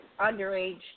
underage